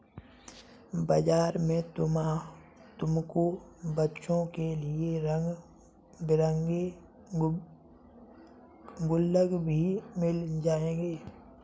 बाजार में तुमको बच्चों के लिए रंग बिरंगे गुल्लक भी मिल जाएंगे